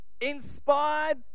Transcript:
inspired